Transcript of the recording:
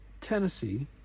Tennessee